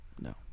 no